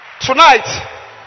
Tonight